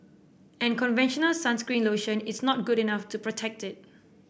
and conventional sunscreen lotion is not good enough to protect it